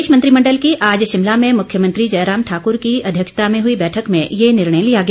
प्रदेश मंत्रिमंडल की आज शिमला में मुख्यमंत्री जयराम ठाकूर की अध्यक्षता में हुई बैठक में ये निर्णय लिया गया